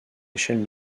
échelle